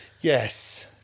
Yes